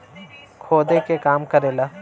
खोदे के काम करेला